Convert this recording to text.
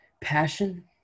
passion